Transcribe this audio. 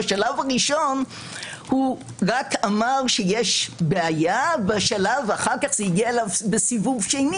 בשלב הראשון הוא רק אמר שיש בעיה ואחר כך זה הגיע אליו בסיבוב שני